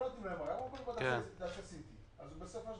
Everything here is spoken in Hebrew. לא נותנים לו את זה ואומרים לו קודם נעשה CT. בסופו של